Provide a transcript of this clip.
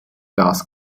das